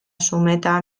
zumeta